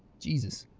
jesus